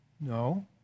No